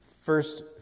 First